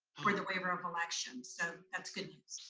for the waiver of elections, so that's good news.